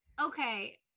okay